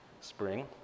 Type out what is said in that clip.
spring